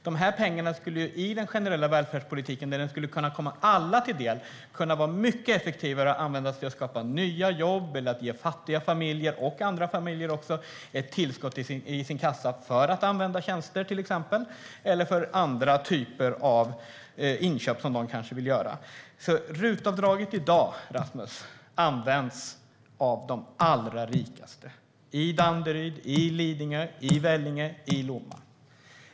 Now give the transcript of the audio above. De här pengarna skulle i den generella välfärdspolitiken, där de skulle kunna komma alla till del, kunna vara mycket effektivare och användas till att skapa nya jobb eller att ge fattiga familjer och andra familjer ett tillskott i kassan som kan användas för till exempel tjänster eller andra typer av inköp som de kanske vill göra. Rasmus! RUT-avdraget används i dag av de allra rikaste i Danderyd, i Lidingö, i Vellinge och i Lomma.